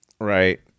right